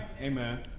amen